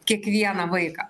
kiekvieną vaiką